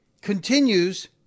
continues